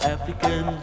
African